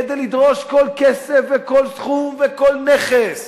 כדי לדרוש כל כסף וכל סכום וכל מכס,